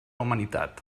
humanitat